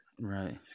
Right